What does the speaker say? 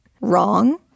wrong